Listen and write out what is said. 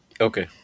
Okay